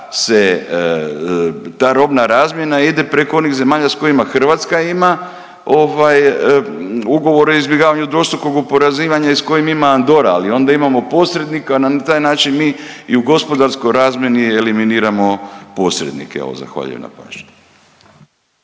ta robna razmjena ide preko onih zemalja s kojima Hrvatska ima ugovor o izbjegavanju dvostrukog oporezivanja i s kojim ima Andora, ali onda imamo posrednika i na taj način mi i u gospodarskoj razmjeni eliminiramo posrednike. Evo zahvaljujem na pažnji.